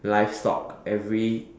livestock every